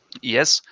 yes